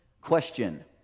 question